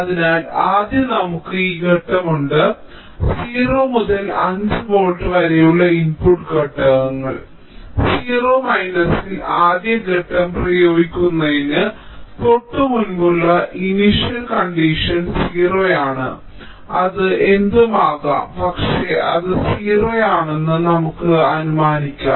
അതിനാൽ ആദ്യം നമുക്ക് ഈ ഘട്ടമുണ്ട് 0 മുതൽ 5 വോൾട്ട് വരെയുള്ള ഇൻപുട്ട് ഘട്ടങ്ങൾ 0 മൈനസിൽ ആദ്യ ഘട്ടം പ്രയോഗിക്കുന്നതിന് തൊട്ടുമുമ്പുള്ള ഇനിഷ്യൽ കണ്ടീഷൻ 0 ആണ് അത് എന്തും ആകാം പക്ഷേ അത് 0 ആണെന്ന് നമുക്ക് അനുമാനിക്കാം